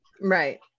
right